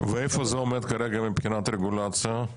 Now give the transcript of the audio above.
איפה זה עומד כרגע מבחינת רגולציה?